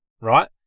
right